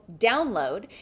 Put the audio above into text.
download